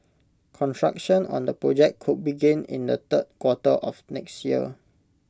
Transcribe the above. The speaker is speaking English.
construction on the project could begin in the third quarter of next year